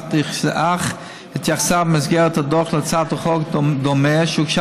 אך התייחסה במסגרת הדוח להצעת חוק דומה שהוגשה